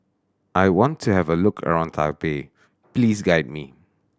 I want to have a look around Taipei please guide me